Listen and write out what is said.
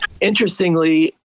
interestingly